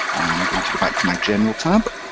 i'm going to go back to my general tab, but